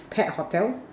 pet hotel